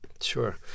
Sure